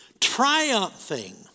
triumphing